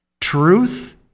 truth